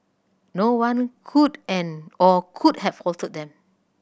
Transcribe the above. no one could and or could have faulted them